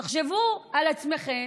תחשבו על עצמכם,